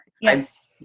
Yes